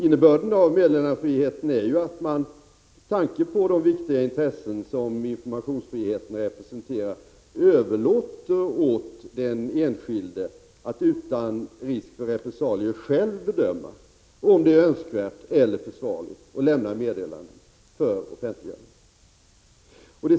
Innebörden av meddelarfriheten är alltså att man, med tanke på de viktiga intressen som informationsfriheten representerar, överlåter åt den enskilde att utan risk för repressalier själv bedöma om det är önskvärt eller försvarligt att lämna meddelanden för offentliggörande.